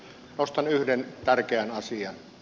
nostan yhden tärkeän asian